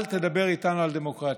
אל תדבר איתנו על דמוקרטיה.